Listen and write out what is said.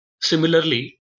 Similarly